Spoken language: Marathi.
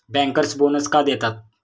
बँकर्स बोनस का देतात?